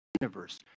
universe